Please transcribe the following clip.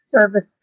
service